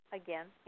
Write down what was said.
again